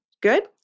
good